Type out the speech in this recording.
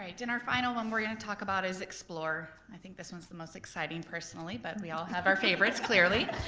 right and our final one we're gonna talk about is explore, i think this one's the most exciting personally but we all have our favorites clearly.